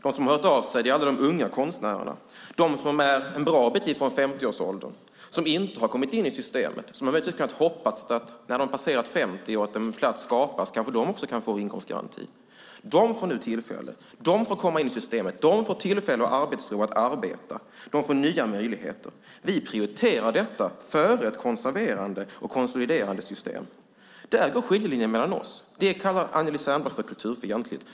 De som har hört av sig är alla de unga konstnärerna, de som är en bra bit från 50-årsåldern, som inte har kommit in i systemet, som möjligtvis har kunnat hoppas att när de passerat 50 och en plats skapats också de kan få inkomstgaranti. De får nu komma in i systemet. De får ro att arbeta och nya möjligheter. Vi prioriterar detta framför ett konserverande system. Där går skiljelinjen mellan oss. Det kallar Anneli Särnblad kulturfientligt.